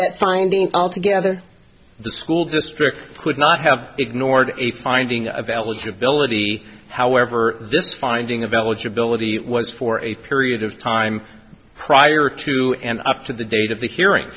that finding altogether the school district could not have ignored a finding of eligibility however this finding of eligibility was for a period of time prior to and up to the date of the hearing